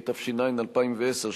התש"ע 2010,